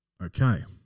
Okay